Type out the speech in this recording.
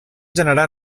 generar